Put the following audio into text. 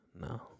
No